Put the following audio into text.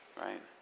right